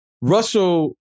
Russell